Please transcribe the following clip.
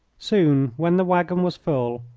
soon, when the waggon was full,